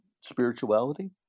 spirituality